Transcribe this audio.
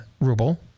ruble